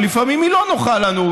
ולפעמים היא לא נוחה לנו.